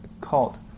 called